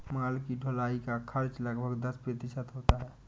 माल की ढुलाई का खर्च लगभग दस प्रतिशत होता है